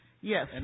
Yes